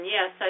Yes